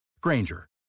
Granger